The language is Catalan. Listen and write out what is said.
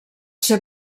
ser